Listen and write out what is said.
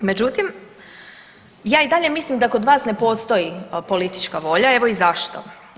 Međutim, ja i dalje mislim da kod vas ne postoji politička volja, evo i zašto.